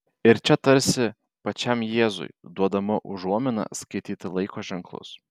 ir čia tarsi pačiam jėzui duodama užuomina skaityti laiko ženklus